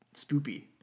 spoopy